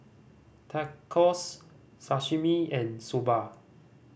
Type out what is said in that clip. Tacos Sashimi and Soba